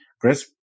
Chris